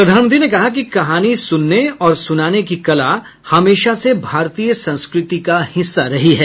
प्रधानमंत्री ने कहा कि कहानी सुनने और सुनाने की कला हमेशा से भारतीय संस्कृति का हिस्सा रही है